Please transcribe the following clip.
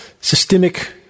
systemic